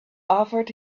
offered